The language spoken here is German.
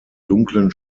dunklen